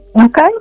Okay